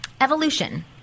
evolution